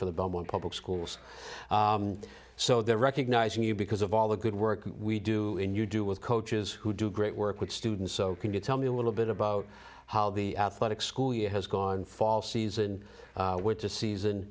for the bubble of public schools so they're recognizing you because of all the good work we do and you do with coaches who do great work with students so can you tell me a little bit about how the athletic school year has gone fall season with the season